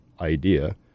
idea